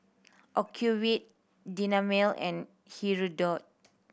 Ocuvite Dermale and Hirudoid